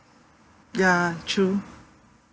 ya true